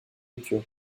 rupture